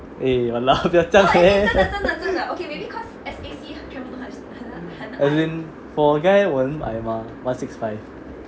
eh !walao! 不要这样 eh as in for a guy 我很矮 mah one six five